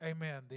Amen